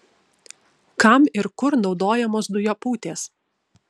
kam ir kur naudojamos dujopūtės